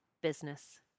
business